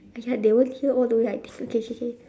!aiya! they won't hear all the way I think K K K